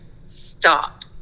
Stop